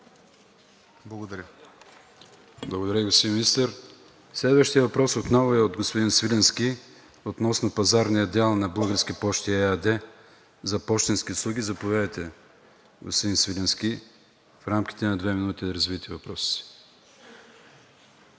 АТАНАСОВ: Благодаря, господин Министър. Следващият въпрос отново е от господин Свиленски относно пазарния дял на „Български пощи“ ЕАД за пощенски услуги. Заповядайте, господин Свиленски, в рамките на две минути да развиете въпроса